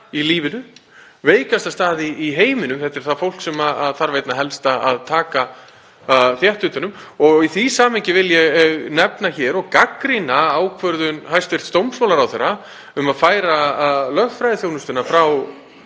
í lífinu, veikasta stað í heiminum. Þetta er það fólk sem þarf einna helst að taka þétt utan um. Í því samhengi vil ég nefna hér og gagnrýna ákvörðun hæstv. dómsmálaráðherra um að færa lögfræðiþjónustu fyrir